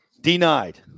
denied